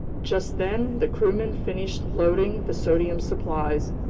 just then the crewmen finished loading the sodium supplies,